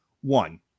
One